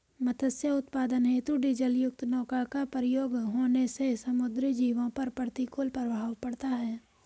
मत्स्य उत्पादन हेतु डीजलयुक्त नौका का प्रयोग होने से समुद्री जीवों पर प्रतिकूल प्रभाव पड़ता है